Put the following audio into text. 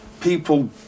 people